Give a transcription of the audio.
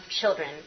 children